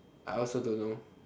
I also don't know